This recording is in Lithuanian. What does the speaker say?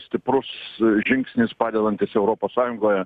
stiprus žingsnis padedantis europos sąjungoje